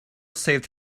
saved